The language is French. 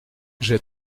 j’ai